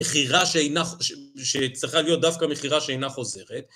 מכירה שצריכה להיות דווקא מכירה שאינה חוזרת.